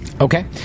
Okay